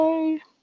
Bye